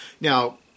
Now